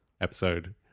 episode